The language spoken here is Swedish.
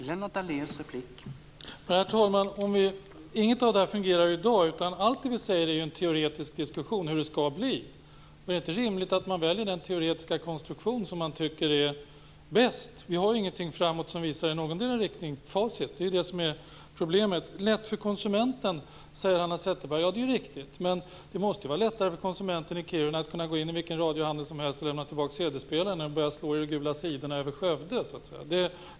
Herr talman! Inget av det här fungerar i dag, utan allt det vi säger är en teoretisk diskussion om hur det skall bli. Är det då inte rimligt att man väljer den teoretiska konstruktion som man tycker är bäst? Vi har ju inget facit. Det är det som är problemet. Det skall vara lätt för konsumenten, säger Hanna Zetterberg. Ja, det är riktigt. Men det måste ju vara lättare för konsumenten i Kiruna att kunna gå in i vilken radiohandel som helst och lämna tillbaka cdspelaren än att behöva slå i Gula sidorna över Skövde.